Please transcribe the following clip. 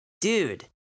Dude